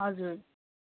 हजुर